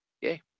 yay